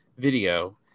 video